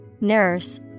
nurse